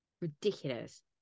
Ridiculous